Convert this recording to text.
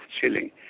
chilling